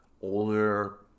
older